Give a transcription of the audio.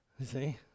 see